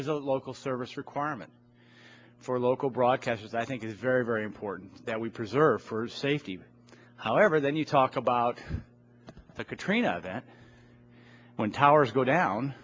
is a local service requirement for local bra caches i think is very very important that we preserve for safety however then you talk about the katrina that when towers go down